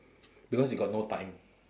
because you got no time